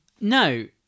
No